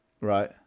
Right